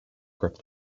grip